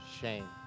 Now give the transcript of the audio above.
shame